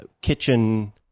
kitchen